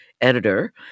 editor